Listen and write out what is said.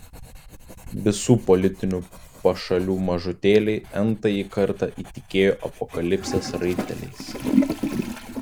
visų politinių pašalių mažutėliai n tąjį kartą įtikėjo apokalipsės raiteliais